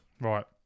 Right